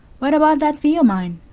what about that fee of mine?